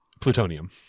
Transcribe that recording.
Plutonium